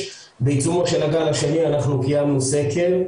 בעיצומו של הגל השני אנחנו קיימנו סקר,